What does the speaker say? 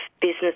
business